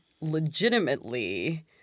legitimately